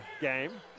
game